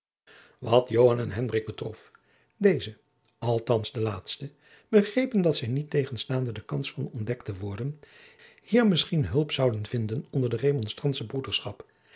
joan en hendrik betrof deze althands de laatste begrepen dat zij niettegenstaande de kans van ontdekt te worden hier misschien hulp zouden vinden onder de remonstrantsche broederschap